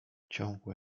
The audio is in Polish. ciągłe